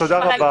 תודה רבה.